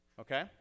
Okay